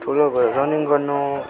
ठुलो भयो रनिङ गर्नु